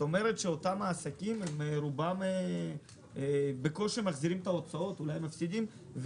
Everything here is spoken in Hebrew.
זאת אומרת שאותם עסקים בקושי מחזירים את ההוצאות ואולי מפסידים.